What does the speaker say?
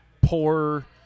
poor